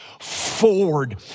forward